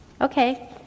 Okay